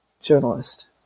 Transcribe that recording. journalist